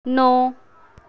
ਨੌਂ